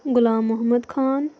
Ghulam Mohammad Khan